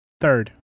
Third